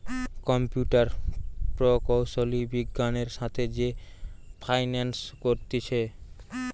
computer প্রকৌশলী বিজ্ঞানের সাথে যে ফাইন্যান্স করতিছে